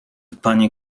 panie